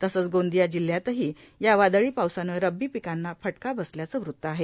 तसंच गोंदिया जिल्ह्यातही या वादळी पावसानं रब्बी पिकांना फटका बसल्याचं वृत्त आहे